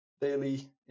daily